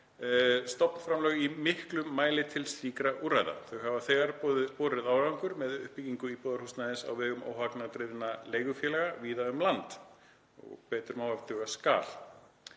stofnframlög í miklum mæli til slíkra úrræða. Þau hafa þegar borið árangur með uppbyggingu íbúðarhúsnæðis á vegum óhagnaðardrifinna leigufélaga víða um land. En betur má ef duga skal.